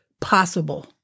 possible